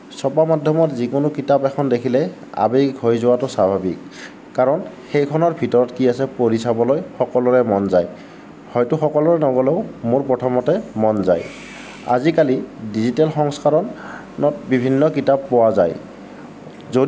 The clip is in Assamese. ছপা মাধ্যমত যিকোনো কিতাপ এখন দেখিলে আৱেগিক হৈ যোৱাটো স্বাভাৱিক কাৰণ সেইখনৰ ভিতৰত কি আছে পঢ়ি চাবলৈ সকলোৰে মন যায় হয়তো সকলোৰে নগলেও মোৰ প্ৰথমতে মন যায় আজিকালি ডিজিটেল সংস্কৰণত বিভিন্ন কিতাপ পোৱা যায়